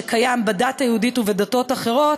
שקיים בדת היהודית ובדתות אחרות,